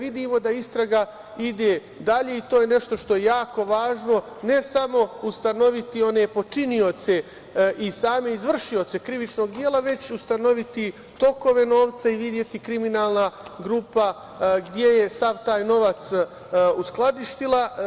Vidimo da istraga ide dalje, i to je nešto što je jako važno, ne samo ustanoviti one počinioce i same izvršioce krivičnog dela, već ustanoviti tokove novca i videti gde je kriminalna grupa sav taj novac uskladištila.